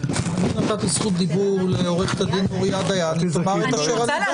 פשוט נתתי זכות דיון לעוה"ד מוריה דיין שתאמר את אשר על ליבה.